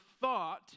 thought